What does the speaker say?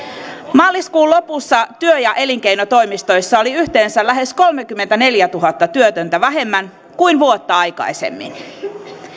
maaliskuun lopussa työ ja elinkeinotoimistoissa oli yhteensä lähes kolmekymmentäneljätuhatta työtöntä vähemmän kuin vuotta aikaisemmin